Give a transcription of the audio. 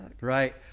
Right